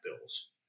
bills